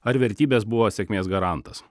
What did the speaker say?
ar vertybės buvo sėkmės garantas